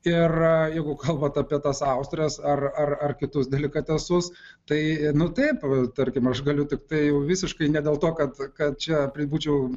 ir jeigu kalbat apie tas austres ar ar ar kitus delikatesus tai nu taip tarkim aš galiu tiktai visiškai ne dėl to kad kad čia pri būčiau